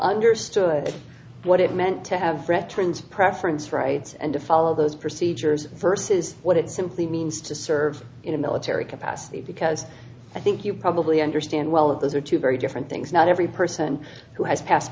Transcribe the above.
understood what it meant to have trans preference rights and to follow those procedures verses what it simply means to serve in a military capacity because i think you probably understand well that those are two very different things not every person who has pas